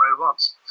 robots